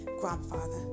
grandfather